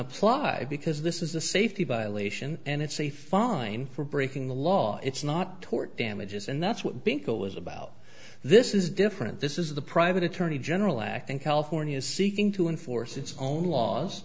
apply because this is a safety violation and it's a fine for breaking the law it's not tort damages and that's what being it was about this is different this is the private attorney general act and california is seeking to enforce its own laws